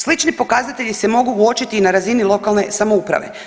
Slični pokazatelji se mogu uočiti i na razini lokalne samouprave.